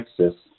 Texas